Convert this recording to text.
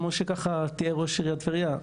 כמו שתיאר ראש עיריית טבריה,